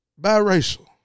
biracial